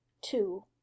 two